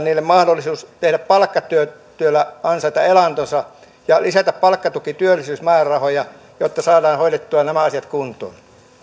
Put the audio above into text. heille mahdollisuus palkkatyöllä ansaita elantonsa ja lisätä palkkatukityöllisyysmäärärahoja jotta saadaan hoidettua nämä asiat kuntoon